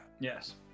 yes